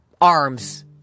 arms